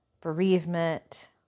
bereavement